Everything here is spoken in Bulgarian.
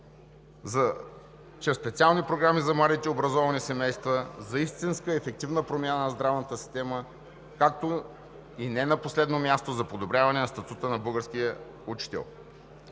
специални програми за младите образовани семейства, истинска ефективна промяна на здравната система, както и, не на последно място, подобряване на статута на българския учител.